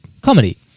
comedy